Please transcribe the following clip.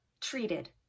treated